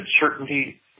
certainty